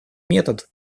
метод